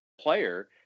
player